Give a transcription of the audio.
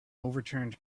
overturned